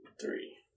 Three